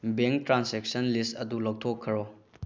bank transaction ꯂꯤꯁ ꯑꯗꯨ ꯂꯧꯊꯣꯛꯈꯔꯣ